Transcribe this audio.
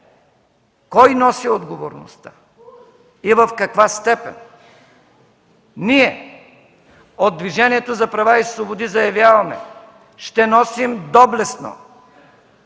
кой носи отговорността и в каква степен. Ние от Движението за права и свободи заявяваме: ще носим доблестно